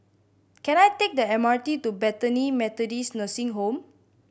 can I take the M R T to Bethany Methodist Nursing Home